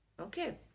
Okay